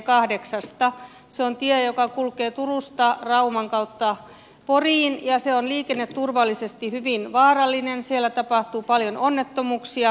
se on tie joka kulkee turusta rauman kautta poriin ja se on liikenneturvallisesti hyvin vaarallinen siellä tapahtuu paljon onnettomuuksia